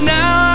now